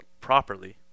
properly